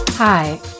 Hi